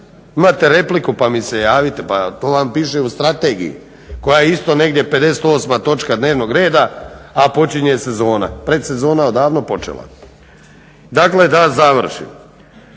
Imate repliku pa mi se javite, pa to vam piše u strategiji koja je isto negdje 58. točka dnevnog reda, a počinje sezona. Predsezona je odavno počela. Dakle, da završim,